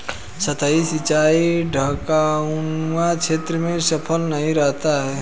सतही सिंचाई ढवाऊनुमा क्षेत्र में सफल नहीं रहता है